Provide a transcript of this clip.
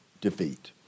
defeat